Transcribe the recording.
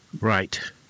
Right